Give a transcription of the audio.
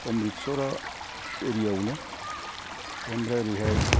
अमबृतशर एरियायावनो बेनिफ्राय ओरैहाय